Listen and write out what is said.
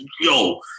yo